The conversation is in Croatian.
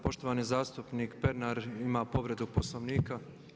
Poštovani zastupnik Pernar ima povredu Poslovnika.